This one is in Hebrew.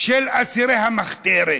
של המחתרת.